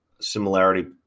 similarity